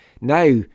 now